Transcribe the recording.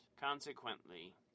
Consequently